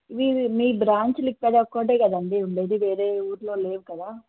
ఇవి మీ బ్రాంచులు ఇక్కడ ఒక్కటే కదండీ ఉంది వేరే ఊర్లో లేవు కదా